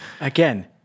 Again